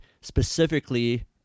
specifically